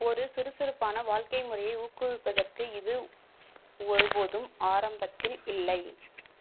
ஒரு சுறுசுறுப்பான வாழ்க்கை முறையை ஊக்குவிப்பதற்கு இது ஒருபோதும் ஆரம்பத்தில் இல்லை